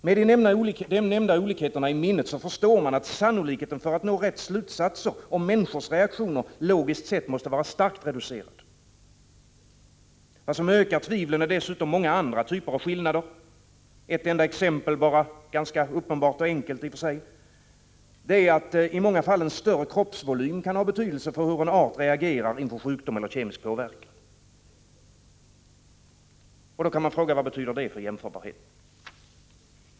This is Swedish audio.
Med de nämnda olikheterna i minnet förstår man att sannolikheten för att nå rätt slutsatser om människors reaktioner biologiskt sett måste vara starkt reducerad. Vad som ökar tvivlen är dessutom många andra typer av skillnader. Ett enda exempel —i och för sig ganska uppenbart enkelt — är att i många fall en större kroppsvolym kan ha betydelse för hur en art reagerar inför sjukdom eller kemisk påverkan. Då kan man fråga sig: Vad betyder det för jämförbarheten?